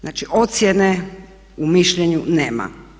Znači ocjene u mišljenju nema.